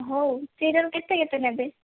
ହେଉ ସେଟା ରୁ କେତେ କେତେ ନେବେ